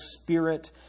spirit